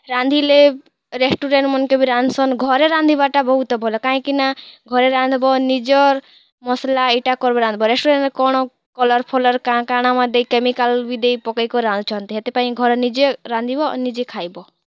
ରାନ୍ଧିଲେ ରେଷ୍ଟୁରାଣ୍ଟ୍ର ମାନ୍କେ ରାନ୍ଧସନ୍ ଘରେ ରାନ୍ଧିବା ଟା ବହୁତ ଭଲ କାହିଁକି ନା ଘରେ ରାନ୍ଧବ ନିଜର୍ ମସଲା ଏଇଟା କରିବ ରାନ୍ଧବ ରଷ୍ଟୁରାଣ୍ଟ୍ରେ କଣ କଲର୍ଫଲର୍ କା କାଣା ଦେଇକି କେମିକାଲ୍ ବି ଦେଇ ପକେଇକରି ରାନ୍ଧୁଛନ୍ତି ସେଥିପାଇଁ ଘରେ ନିଜେ ରାନ୍ଧିବ ଆଉ ନିଜେ ଖାଇବ